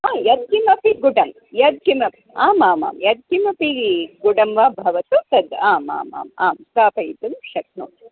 हा यत्किमपि गुडं यत्किमपि आमामां यत्किमपि गुडं वा भवतु तद् आमामाम् आं स्थापयितुं शक्नोति